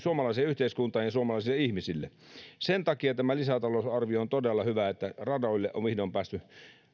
suomalaiseen yhteiskuntaan ja suomalaisille ihmisille sen takia tämä lisätalousarvio on todella hyvä että radoilla on vihdoin päästy